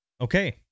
Okay